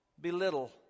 belittle